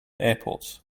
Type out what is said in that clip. airports